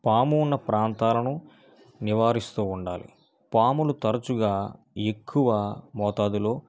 పాము ఉన్న ప్రాంతాలను నివారిస్తూ ఉండాలి పాములు తరుచుగా ఎక్కువ మోతాదులో